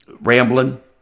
rambling